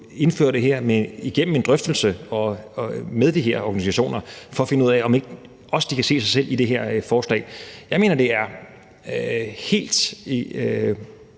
indføre det her igennem en drøftelse med de her organisationer for at finde ud af, om ikke de også kan se sig selv i det her forslag. Jeg mener, det er helt